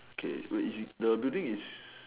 okay wait the building is